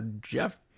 Jeff